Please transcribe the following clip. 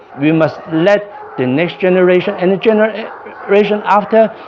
we must let the next generation and the generation generation after,